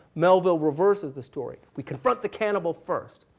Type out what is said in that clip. melville reverses the story. we confront the cannibal first,